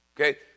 Okay